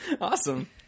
Awesome